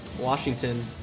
Washington